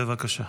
בבקשה.